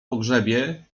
pogrzebie